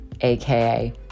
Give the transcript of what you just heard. AKA